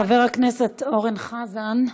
חבר הכנסת אורן חזן,